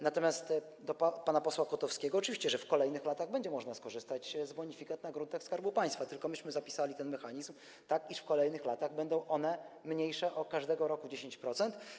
Natomiast zwrócę się do pana posła Kotowskiego - oczywiście, że w kolejnych latach będzie można skorzystać z bonifikat w przypadku gruntów Skarbu Państwa, tylko myśmy zapisali ten mechanizm tak, iż w kolejnych latach będą one mniejsze, każdego roku o 10%.